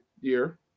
year